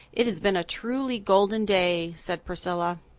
it has been a truly golden day, said priscilla.